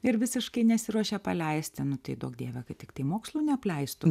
ir visiškai nesiruošia paleisti nu tai duok dieve kad tiktai mokslų neapleistų